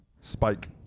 Spike